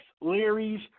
Larry's